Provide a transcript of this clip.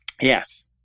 yes